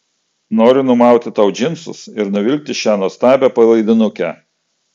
noriu numauti tau džinsus ir nuvilkti šią nuostabią palaidinukę